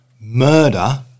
murder